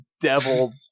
devil